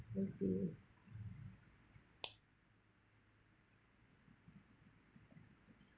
I see